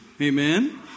Amen